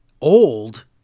old